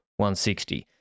160